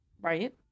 right